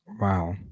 Wow